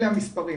אלה המספרים.